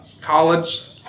college